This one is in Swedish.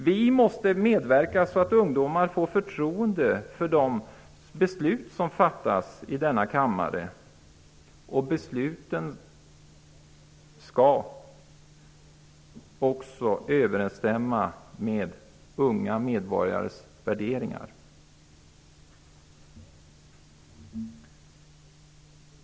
Vi måste medverka till att ungdomar får förtroende för de beslut som fattas i denna kammare. Besluten skall överensstämma med unga medborgares värderingar.